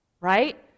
right